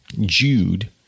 Jude